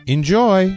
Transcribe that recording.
Enjoy